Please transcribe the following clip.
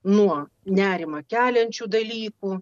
nuo nerimą keliančių dalykų